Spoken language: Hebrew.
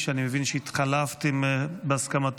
אני מבין שהתחלפת עם חבר הכנסת שוסטר, בהסכמתו.